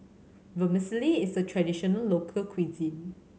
vermicelli is a traditional local cuisine